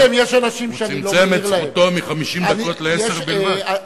צמצם את זכותו מ-50 דקות לעשר דקות,